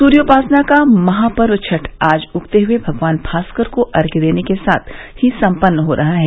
सुर्योपासना का महापर्व छठ आज उगते हुए भगवान भास्कर को अर्घ्य देने के साथ ही सम्पन्न हो रहा है